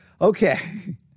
Okay